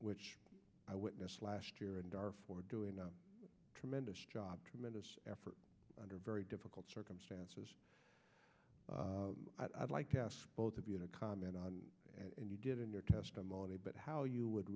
which i witnessed last year and are for doing a tremendous job tremendous effort under very difficult circumstances i'd like to ask both of you to comment on and you did in your testimony but how you would